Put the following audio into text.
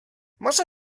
może